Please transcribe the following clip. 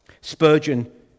Spurgeon